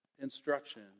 instruction